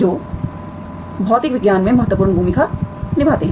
ये भौतिक विज्ञान में महत्वपूर्ण भूमिका निभाते हैं